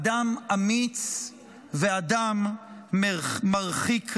אדם אמיץ ואדם מרחיק ראות.